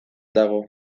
dago